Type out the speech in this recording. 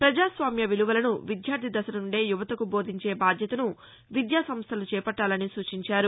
ప్రజాస్వామ్య విలువలను విద్యార్ది దశ నుండే యువతకు బోధించే బాధ్యతను విద్యా సంస్థలు చేపట్టాలని సూచించారు